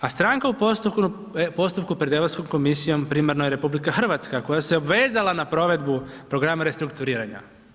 A stranka u postupku pred EU komisijom, primarno je RH koja se obvezala na provedbu programa restrukturiranja.